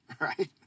Right